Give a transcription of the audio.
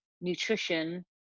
nutrition